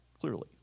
clearly